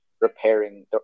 repairing